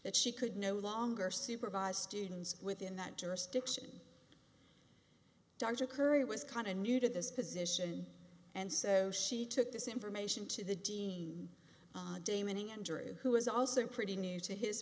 that she could no longer supervise students within that jurisdiction dr curry was kind of new to this position and so she took this information to the dean damon andrew who was also pretty new to his